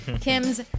Kim's